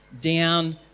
down